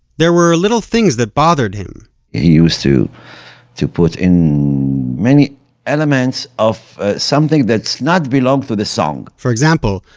there were little things that bothered him he used to to put in many elements of something that's not belong to the song for example,